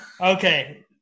okay